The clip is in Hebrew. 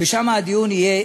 ושם הדיון יהיה